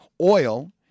oil